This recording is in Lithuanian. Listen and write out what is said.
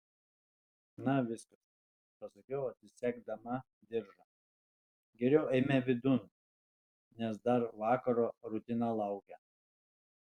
na viskas pasakiau atsisegdama diržą geriau eime vidun nes dar vakaro rutina laukia